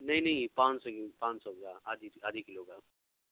نہیں نہیں پانچ سو پانچ سو کا آدھی آدھی کلو کا